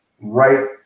right